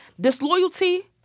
Disloyalty